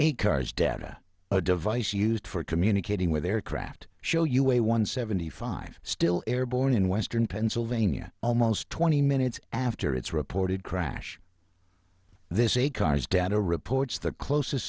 a car's data a device used for communicating with aircraft show you a one seventy five still airborne in western pennsylvania almost twenty minutes after its reported crash this a car's data reports the closest